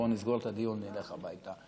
בוא נסגור את הדיון ונלך הביתה,